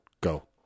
Go